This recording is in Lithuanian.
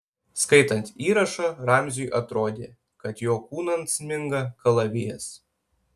skaitant įrašą ramziui atrodė kad jo kūnan sminga kalavijas